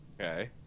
Okay